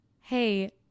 Hey